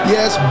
Yes